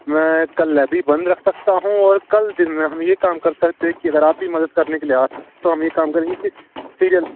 میں کل لائبریری بند رکھ سکتا ہوں اور کل دن میں ہم یہ کام کر سکتے ہیں کہ اگر آپ بھی مدد کرنے کے لیے آ سکتے ہیں تو ہم یہ کام کریں گے کہ سیریل